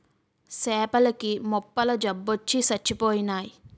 సేపల కి మొప్పల జబ్బొచ్చి సచ్చిపోయినాయి